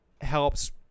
helps